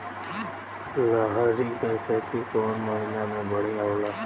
लहरी के खेती कौन महीना में बढ़िया होला?